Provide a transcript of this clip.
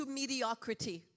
mediocrity